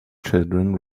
children